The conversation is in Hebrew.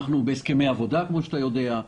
אני בהסכמי עבודה, כפי שאתה יודע.